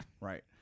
Right